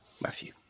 Matthew